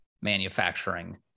manufacturing